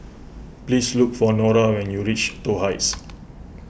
please look for Nora when you reach Toh Heights